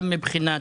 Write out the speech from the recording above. גם מבחינת